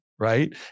Right